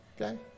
Okay